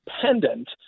dependent